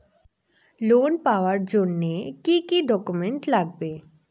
Loan পাওয়ার জন্যে কি কি ডকুমেন্ট লাগবে?